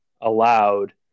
allowed